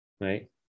right